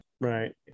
Right